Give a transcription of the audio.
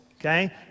okay